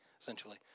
essentially